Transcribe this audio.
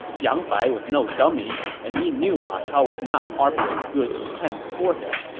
yang bai was no dummy, and he knew ma chao was not harboring good intents toward him,